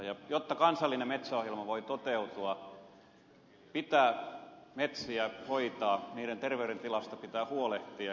ja jotta kansallinen metsäohjelma voi toteutua pitää metsiä hoitaa niiden terveydentilasta pitää huolehtia